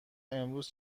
امروز